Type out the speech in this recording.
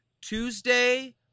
Tuesday